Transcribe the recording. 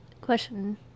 Question